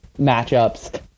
matchups